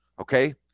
okay